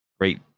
great